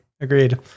Agreed